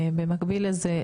במקביל לזה,